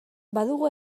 badugu